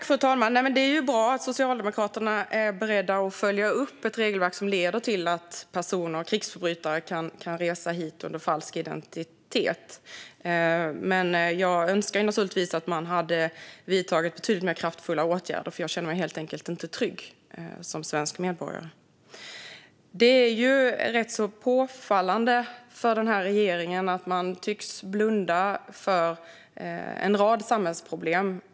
Fru talman! Det är bra att Socialdemokraterna är beredda att följa upp ett regelverk som leder till att krigsförbrytare kan resa hit under falsk identitet. Jag önskar dock att man hade vidtagit betydligt kraftfullare åtgärder, för jag känner mig helt enkelt inte trygg som svensk medborgare. Det är rätt påfallande att regeringen tycks blunda för en rad samhällsproblem.